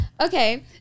okay